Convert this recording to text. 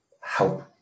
help